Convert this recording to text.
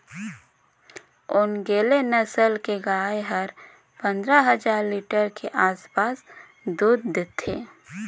ओन्गेले नसल के गाय हर पंद्रह लीटर के आसपास दूद देथे